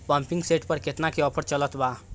Pumping set पर केतना के ऑफर चलत बा?